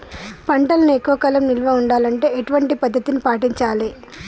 పంటలను ఎక్కువ కాలం నిల్వ ఉండాలంటే ఎటువంటి పద్ధతిని పాటించాలే?